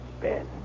Ben